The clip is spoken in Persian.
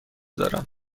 دارم